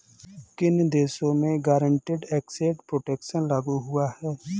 किन देशों में गारंटीड एसेट प्रोटेक्शन लागू हुआ है?